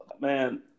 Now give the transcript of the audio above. Man